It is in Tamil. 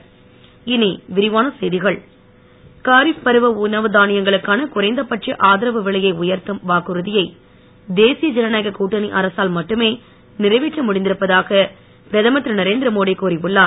மோடி காரீஃப் பருவ உணவு தானியங்களுக்கான குறைந்த பட்ச ஆதரவு விலையை உயர்த்தும் வாக்குறுதியை தேசிய ஜனநாயக கூட்டணி அரசால் மட்டுமே நிறைவேற்ற முடிந்திருப்பதாக பிரதமர் திரு நரேந்திரமோடி கூறி உள்ளார்